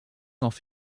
off